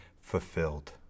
fulfilled